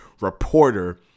reporter